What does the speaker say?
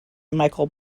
michael